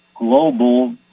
global